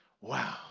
Wow